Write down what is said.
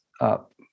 up